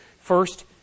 First